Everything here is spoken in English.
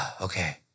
okay